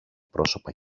πρόσωπα